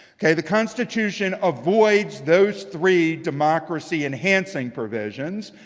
okay. the constitution avoids those three democracy-enhancing provisions.